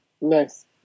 Nice